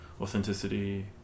authenticity